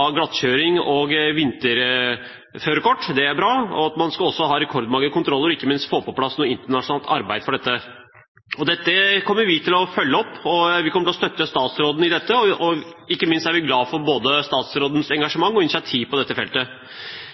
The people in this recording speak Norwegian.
glattkjøring og vinterførerkort, er bra, og det er det også at man skal ha rekordmange kontroller og ikke minst få på plass et internasjonalt arbeid for dette. Dette kommer vi til å følge opp, og vi kommer til å støtte statsråden i dette, og ikke minst er vi glade for statsrådens både initiativ og engasjement på dette feltet.